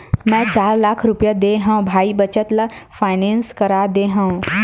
मै चार लाख रुपया देय हव भाई बचत ल फायनेंस करा दे हँव